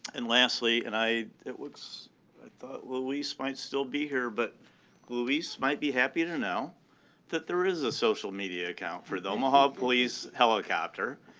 and lastly, and i it looks i thought luis might still be here. but luis might be happy to know that there is a social media account for the omaha police helicopter.